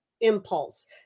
impulse